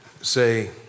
say